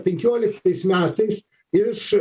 penkioliktais metais iš